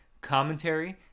commentary